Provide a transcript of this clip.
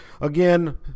again